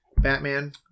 Batman